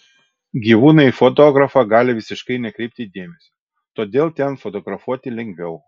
gyvūnai į fotografą gali visiškai nekreipti dėmesio todėl ten fotografuoti lengviau